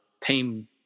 team